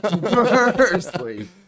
firstly